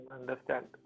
understand